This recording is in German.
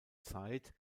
zeit